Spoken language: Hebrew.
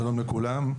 שלום לכולם.